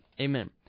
Amen